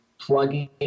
plugging